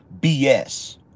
BS